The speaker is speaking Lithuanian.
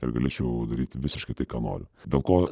ir galėčiau daryti visiškai tai ką noriu dėl ko